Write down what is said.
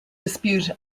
dispute